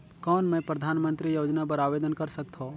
कौन मैं परधानमंतरी योजना बर आवेदन कर सकथव?